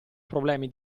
problemi